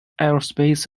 aerospace